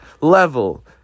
level